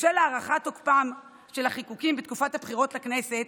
בשל הארכת תוקפם של החיקוקים בתקופת הבחירות לכנסת,